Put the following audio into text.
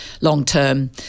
long-term